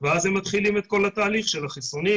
ואז הם מתחילים את כל התהליך של החיסונים,